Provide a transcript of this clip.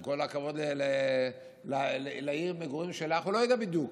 עם כל הכבוד לעיר המגורים שלך, הוא לא יודע בדיוק.